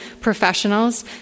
professionals